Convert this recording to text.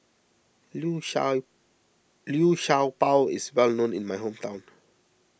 Liu Sha Liu Sha Bao is well known in my hometown